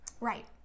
Right